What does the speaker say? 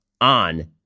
on